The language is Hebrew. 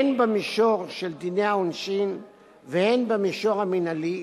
הן במישור של דיני העונשין והן במישור המינהלי,